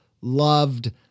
loved